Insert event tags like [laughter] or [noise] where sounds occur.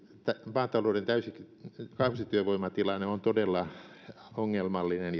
maatalouden kausityövoimatilanne on todella ongelmallinen [unintelligible]